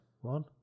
One